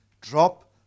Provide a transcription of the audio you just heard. drop